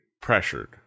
pressured